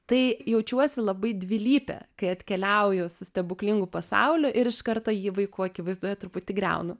tai jaučiuosi labai dvilypė kai atkeliauju su stebuklingu pasauliu ir iš karto jį vaikų akivaizdoje truputį griaunu